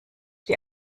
die